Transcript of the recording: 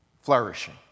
flourishing